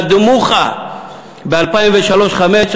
קדמו לך ב-2003 2005,